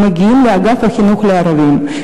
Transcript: מגיעים לאגף החינוך לערבים.